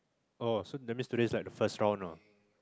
oh so that means today is like the first round ah